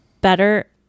better